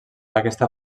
aquesta